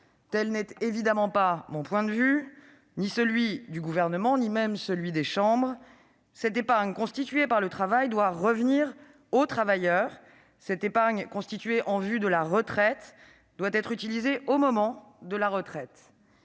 Tel n'est évidemment pas mon point de vue, ni celui du Gouvernement, ni celui des assemblées : cette épargne constituée par le travail doit revenir aux travailleurs ; cette épargne constituée en vue de la retraite doit être utilisée au moment de la retraite.